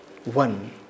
One